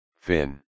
Fin